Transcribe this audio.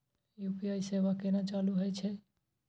UPI सेवा केना चालू है छै?